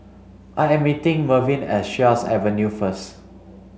I am meeting Mervin at Sheares Avenue first